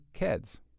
KEDS